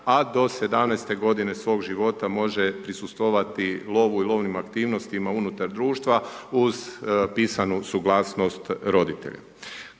a do 17 g. svog života može prisustvovati lovu i lovnim aktivnostima unutar društva uz pisanu suglasnost roditelja.